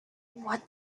what